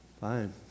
Fine